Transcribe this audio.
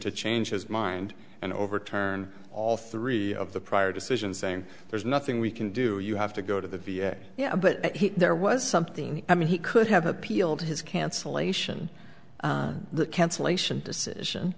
to change his mind and overturn all three of the prior decisions saying there's nothing we can do you have to go to the v a yeah but there was something i mean he could have appealed his cancellation the cancellation decision